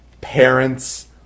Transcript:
parents